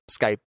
Skype